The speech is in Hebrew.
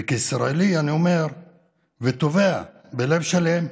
וכישראלי, אני אומר ותובע בלב שלם: